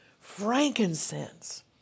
Frankincense